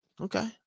okay